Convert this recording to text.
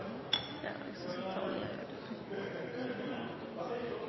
Jeg tror jeg